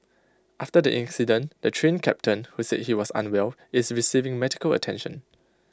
after the incident the Train Captain who said he was unwell is receiving medical attention